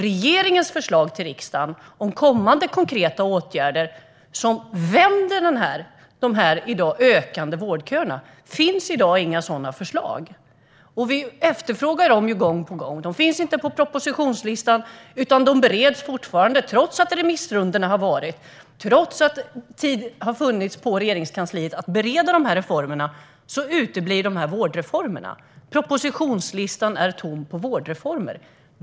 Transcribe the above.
Regeringen har i dag inga förslag på konkreta åtgärder för att vända de växande vårdköerna. Vi efterfrågar sådana förslag gång på gång. De finns inte på propositionslistan, utan de bereds fortfarande. Vårdreformerna uteblir, trots remissrundorna och trots att Regeringskansliet har haft tid att bereda dessa reformer. Propositionslistan är tom på vårdreformer.